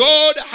God